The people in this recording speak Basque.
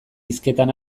hizketan